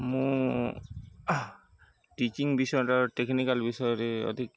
ମୁଁ ଟିଚିଙ୍ଗ ବିଷୟରେ ଟେକ୍ନିକାଲ୍ ବିଷୟରେ ଅଧିକ